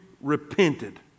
repented